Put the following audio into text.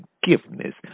forgiveness